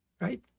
right